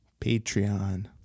patreon